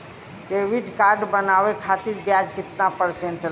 Credit card बनवाने खातिर ब्याज कितना परसेंट लगी?